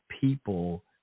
people